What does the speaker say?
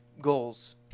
goals